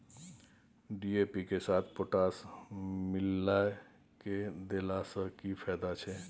DAP के साथ potash मिललय के देला स की फायदा छैय?